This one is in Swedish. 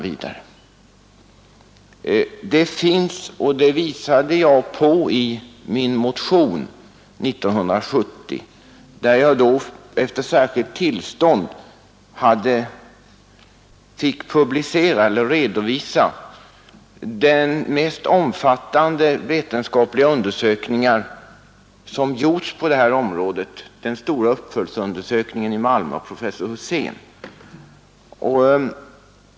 I en motion 1970 redovisade jag efter särskilt tillstånd en undersök ning som gjorts på detta område, den stora uppföljningsundersökningen i Malmö av professor Husén.